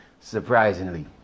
surprisingly